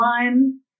one